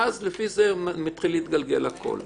לפי זה, מתחיל הכול להתגלגל.